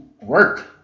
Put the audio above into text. work